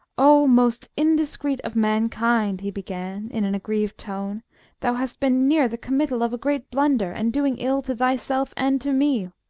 o, most indiscreet of mankind! he began, in an aggrieved tone thou hast been near the committal of a great blunder, and doing ill to thyself and to me!